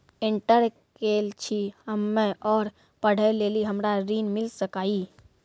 Inter केल छी हम्मे और पढ़े लेली हमरा ऋण मिल सकाई?